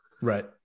right